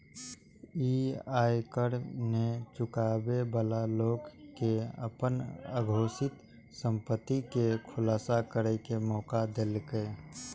ई आयकर नै चुकाबै बला लोक कें अपन अघोषित संपत्ति के खुलासा करै के मौका देलकै